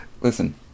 Listen